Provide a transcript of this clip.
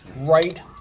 Right